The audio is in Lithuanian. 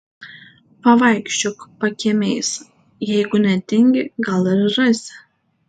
pavaikščiok pakiemiais jeigu netingi gal ir rasi